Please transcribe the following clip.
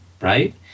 right